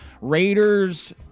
Raiders